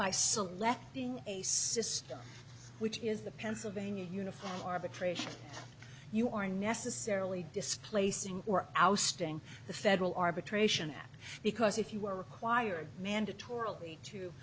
system which is the pennsylvania uniform arbitration you are necessarily displacing or ousting the federal arbitration because if you were required mandatorily to